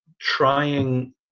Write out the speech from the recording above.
trying